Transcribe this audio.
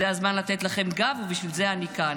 זה הזמן לתת לכם גב, ובשביל זה אני כאן.